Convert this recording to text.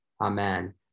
Amen